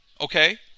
Okay